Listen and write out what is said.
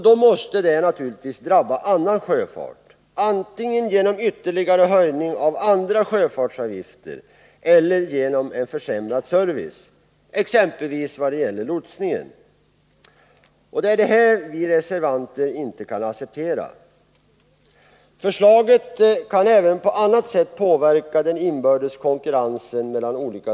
Då måste det naturligtvis drabba annan sjöfart, antingen genom höjning av andra sjöfartsavgifter eller genom en försämrad service, exempelvis vad gäller lotsningen. Detta kan vi reservanter inte acceptera. Den inbördes konkurrensen mellan olika svenska hamnar kan också komma att påverkas på annat sätt.